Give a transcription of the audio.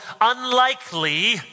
unlikely